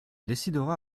décidera